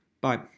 Bye